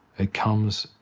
it comes.